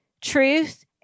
truth